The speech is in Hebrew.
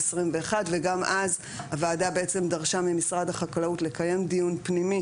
וגם אז הוועדה דרשה ממשרד החקלאות לקיים דיון פנימי